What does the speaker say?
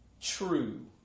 True